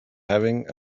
having